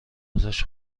ازش